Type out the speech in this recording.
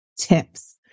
tips